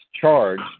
charged